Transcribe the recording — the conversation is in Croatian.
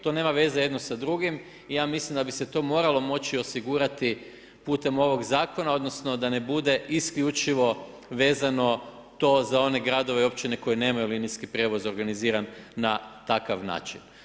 To nema veze jedno sa drugim i ja mislim da bi se to moralo moći osigurati putem ovog Zakona, odnosno da ne bude isključivo vezano to za one gradove i općine koji nemaju linijski prijevoz organiziran na takav način.